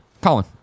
Colin